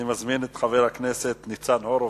אני מזמין את חבר הכנסת ניצן הורוביץ.